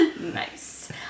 Nice